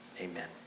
amen